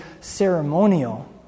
ceremonial